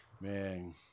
Man